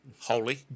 Holy